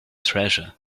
treasure